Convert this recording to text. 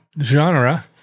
genre